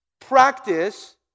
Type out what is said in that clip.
practice